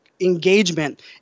Engagement